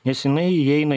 nes jinai įeina